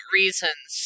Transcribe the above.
reasons